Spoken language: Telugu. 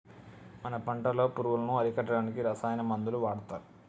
మన పంటలో పురుగులను అరికట్టడానికి రసాయన మందులు వాడతారు